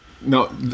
No